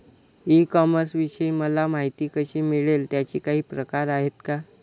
E कॉमर्सविषयी मला माहिती कशी मिळेल? त्याचे काही प्रकार आहेत का?